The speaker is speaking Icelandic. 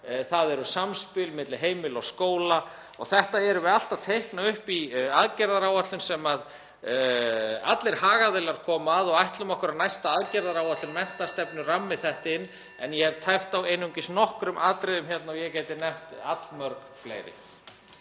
það er samspil milli heimila og skóla og þetta erum við allt að teikna upp í aðgerðaáætlun sem allir hagaðilar koma að. Við ætlum okkur að næsta aðgerðaáætlun menntastefnu rammi þetta inn. (Forseti hringir.) Ég hef tæpt á einungis nokkrum atriðum hérna og ég gæti nefnt allmörg fleiri.